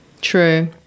True